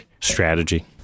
strategy